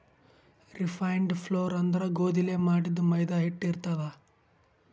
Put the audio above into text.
refined flour ಅಂದ್ರ ಗೋಧಿಲೇ ಮಾಡಿದ್ದ್ ಮೈದಾ ಹಿಟ್ಟ್ ಇರ್ತದ್